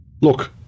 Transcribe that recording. Look